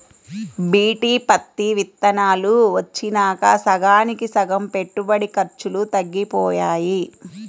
BT పత్తి విత్తనాలు వచ్చినాక సగానికి సగం పెట్టుబడి ఖర్చులు తగ్గిపోయాయి